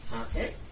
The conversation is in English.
Okay